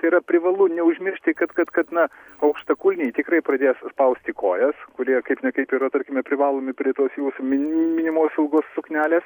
tai yra privalu neužmiršti kad kad kad na aukštakulniai tikrai pradės spausti kojas kurie kaip ne kaip yra tarkime prie tos jūsų min minimos ilgos suknelės